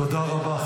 תודה רבה.